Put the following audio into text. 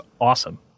awesome